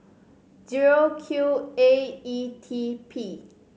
zero Q A E T P